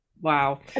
wow